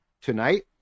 tonight